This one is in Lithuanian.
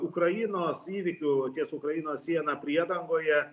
ukrainos įvykių ties ukrainos siena priedangoje